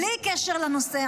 בלי קשר לנושא,